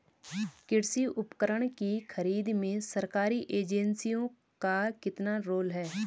कृषि उपकरण की खरीद में सरकारी एजेंसियों का कितना रोल है?